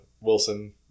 Wilson